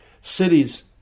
cities